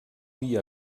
via